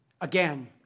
again